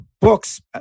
books